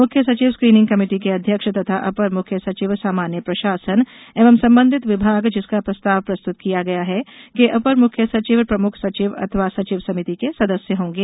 मुख्य सचिव screening committee के अध्यक्ष तथा अपर मुख्य सचिव सामान्य प्रशासन एवं संबंधित विभाग जिसका प्रस्ताव प्रस्तुत किया गया के अपर मुख्य सचिव प्रमुख सचिव अथवा सचिव समिति के सदस्य होंगे